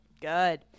good